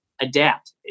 adapt